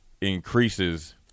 increases